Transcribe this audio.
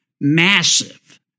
massive